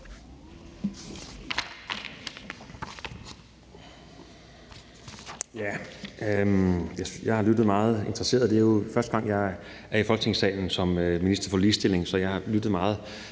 Jeg har lyttet meget interesseret. Det er jo første gang, jeg er i Folketingssalen som minister for ligestilling, så jeg har lyttet meget interesseret.